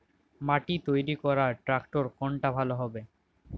মাটি তৈরি করার ট্রাক্টর কোনটা ভালো হবে?